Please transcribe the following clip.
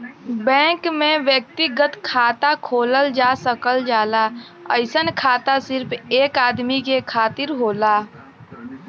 bank में व्यक्तिगत खाता खोलल जा सकल जाला अइसन खाता सिर्फ एक आदमी के खातिर होला